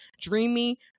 dreamy